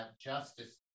Justice